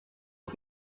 aux